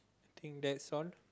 I think that's all